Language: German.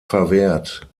verwehrt